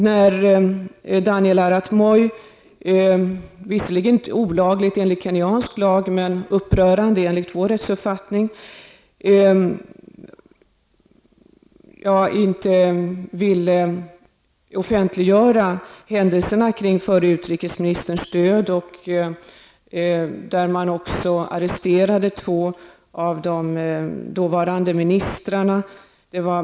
Att Daniel Arat Moy inte ville offentliggöra händelserna kring förre utrikesministerns död var visserligen inte olagligt enligt kenyiansk lag, men det var upprörande enligt vår rättsuppfattning. Två av de dåvarande ministrarna arresterades.